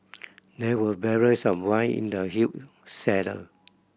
there were barrels of wine in the huge cellar